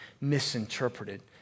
misinterpreted